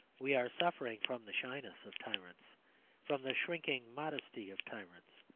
we are suffering from the shyness of tyrants from the shrinking modesty of tyrants.